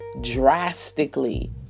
drastically